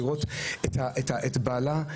לראות את בעלה,